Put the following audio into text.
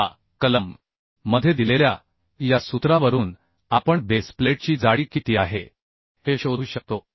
आता कलम मध्ये दिलेल्या या सूत्रावरून आपण बेस प्लेटची जाडी किती आहे हे शोधू शकतो